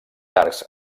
arcs